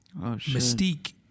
Mystique